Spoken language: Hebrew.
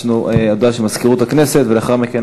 יש לנו הודעה של מזכירות הכנסת ולאחר מכן